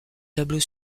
tableau